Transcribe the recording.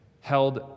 held